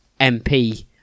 MP